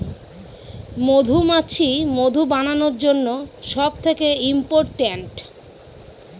মধুমাছি মধু বানানোর জন্য সব থেকে ইম্পোরট্যান্ট